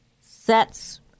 sets